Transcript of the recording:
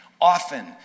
often